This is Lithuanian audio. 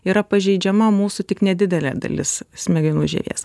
yra pažeidžiama mūsų tik nedidelė dalis smegenų žievės